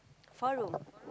four room